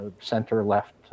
center-left